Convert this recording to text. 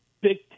Big